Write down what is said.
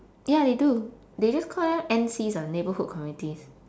ya they do they just call them N_Cs ah neighbourhood communities